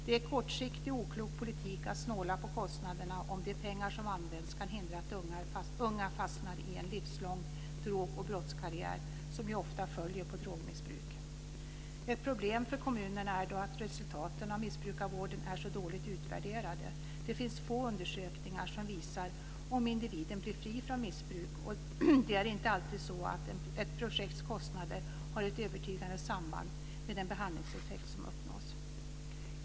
Det är kortsiktig och oklok politik att snåla på kostnaderna om de pengar som används kan hindra att unga fastnar i en livslång drog och brottskarriär som ju ofta följer på drogmissbruk. Ett problem för kommunerna är dock att resultaten av missbrukarvården är så dåligt utvärderade. Det finns få undersökningar som visar om individen blir fri från missbruk, och det är inte alltid så att ett projekts kostnader har ett övertygade samband med den behandlingseffekt som uppnås.